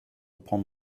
upon